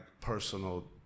personal